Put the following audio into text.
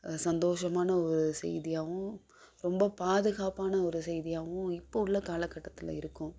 சந்தோசமான ஒரு செய்தியாகவும் ரொம்ப பாதுகாப்பான ஒரு செய்தியாகவும் இப்போது உள்ள காலக்கட்டத்தில் இருக்கும்